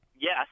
Yes